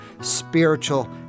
spiritual